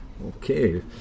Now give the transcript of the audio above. Okay